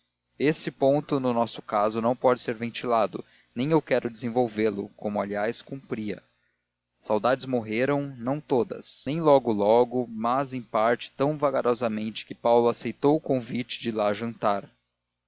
esse ponto no nosso caso não pode ser ventilado nem eu quero desenvolvê lo como aliás cumpria as saudades morreram não todas nem logo logo mas em parte e tão vagarosamente que paulo aceitou o convite de lá jantar